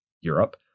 Europe